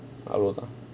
அவ்ளோ தான்:avlo thaan